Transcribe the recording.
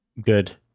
Good